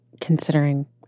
considering